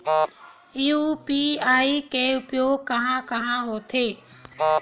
UPI के उपयोग कहां कहा होथे?